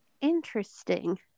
Interesting